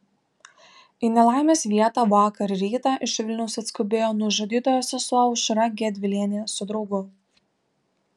į nelaimės vietą vakar rytą iš vilniaus atskubėjo nužudytojo sesuo aušra gedvilienė su draugu